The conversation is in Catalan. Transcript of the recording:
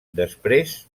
després